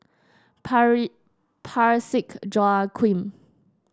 Pare Parsick Joaquim